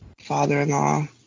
father-in-law